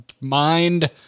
mind